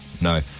No